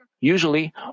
Usually